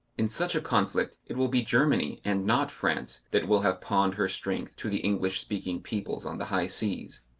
in such a conflict it will be germany, and not france, that will have pawned her strength to the english-speaking peoples on the high seas.